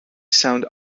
sound